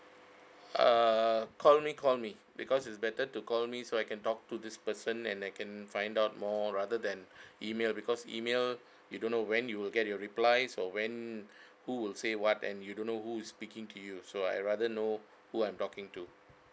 err call me call me because is better to call me so I can talk to this person and I can find out more rather than email because email you don't know when you will get your replies or when who will say what and you don't know who is speaking to you so I rather know who I'm talking to